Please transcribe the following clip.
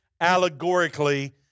allegorically